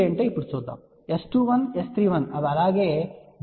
S21 S31 అవి అలాగే దీనికి ముందు లాగే ఉన్నాయని చూడవచ్చు ఇది 3